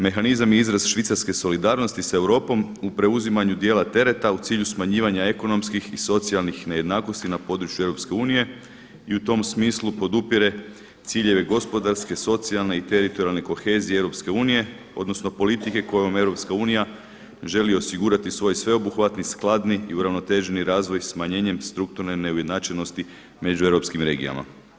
Mehanizam je izraz Švicarske solidarnosti sa Europom u preuzimanju dijela tereta u cilju smanjivanja ekonomskih i socijalnih nejednakosti na područje EU i u tom smislu podupire ciljeve gospodarske, socijalne i teritorijalne kohezije EU, odnosno politike kojom EU želi osigurati svoj sveobuhvatni, skladni i uravnoteženi razvoj smanjenjem strukturne neujednačenosti među europskim regijama.